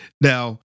Now